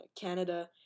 Canada